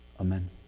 Amen